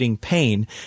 pain